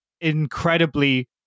incredibly